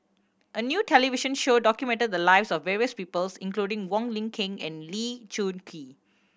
a new television show documented the lives of various peoples including Wong Lin Ken and Lee Choon Kee